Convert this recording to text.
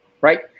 right